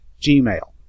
Gmail